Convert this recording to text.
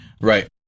right